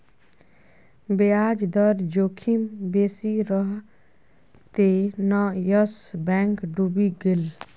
ब्याज दर जोखिम बेसी रहय तें न यस बैंक डुबि गेलै